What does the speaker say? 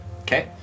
Okay